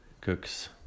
Cooks